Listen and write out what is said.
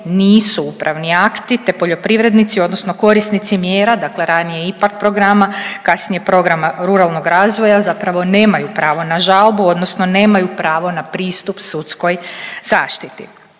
nisu upravni akti, te poljoprivrednici, odnosno korisnici mjera, dakle ranije IPA programa, kasnije programa ruralnog razvoja zapravo nemaju pravo na žalbu, odnosno nemaju pravo na pristup sudskoj zaštiti.